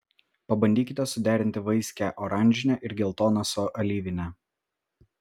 pabandykite suderinti vaiskią oranžinę ir geltoną su alyvine